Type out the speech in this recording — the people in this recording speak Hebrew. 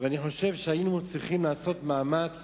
ואני חושב שהיינו צריכים לעשות יותר מאמץ,